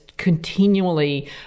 continually